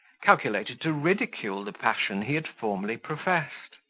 calculated to ridicule the passion he had formerly professed.